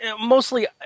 mostly